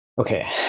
Okay